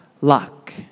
luck